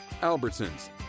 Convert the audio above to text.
Albertsons